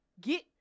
Get